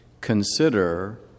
consider